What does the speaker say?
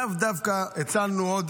לאו דווקא הצלנו עוד